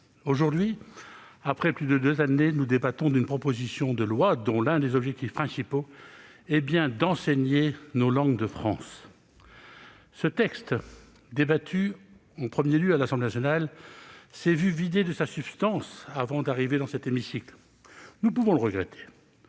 Aujourd'hui, après plus de deux années, nous débattons d'une proposition de loi, dont l'un des objectifs principaux est bien d'enseigner nos langues de France. Ce texte, débattu en premier lieu à l'Assemblée nationale, a été vidé de sa substance avant d'arriver dans cet hémicycle. Nous pouvons le regretter.